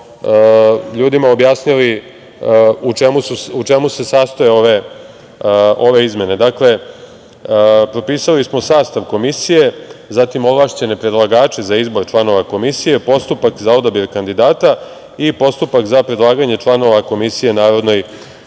ljudima objasnili u čemu se sastoje ove izmene. Dakle, propisali smo sastav komisije, zatim, ovlašćene predlagače za izbor članove komisije, postupak za odabir kandidata i postupak za predlaganje članove komisije Narodnoj